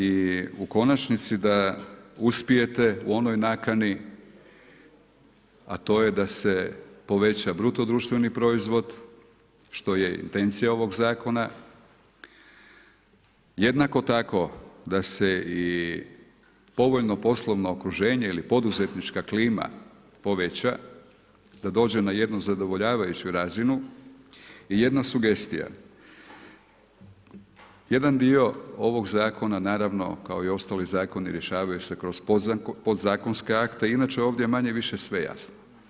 I u konačnici, da uspijete u onoj nakani, a to je da se poveća BDP što je intencija ovog zakona, jednako tako, da se i povoljno poslovno okruženje ili poduzetnička klima, poveća, da dođe na jednu zadovoljavajuću razinu i jedna sugestija, jedan dio ovoga zakona, naravno, ako i ostali zakoni, rješavanju se kroz podzakonske akte, inače ovdje je manje-više sve jasno.